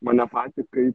mane patį kaip